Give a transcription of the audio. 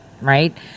right